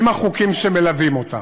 עם החוקים שמלווים אותה.